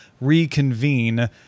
reconvene